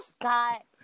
Scott